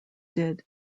did